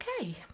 Okay